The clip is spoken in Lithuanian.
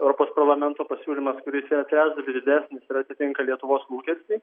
europos parlamento pasiūlymas kuris yra trečdaliu didesnis ir atitinka lietuvos lūkestį